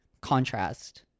contrast